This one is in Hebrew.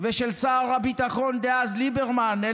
ושל שר הביטחון דאז ליברמן.